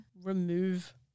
remove